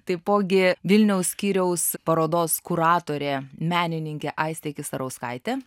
taipogi vilniaus skyriaus parodos kuratorė menininkė aistė kisarauskaitė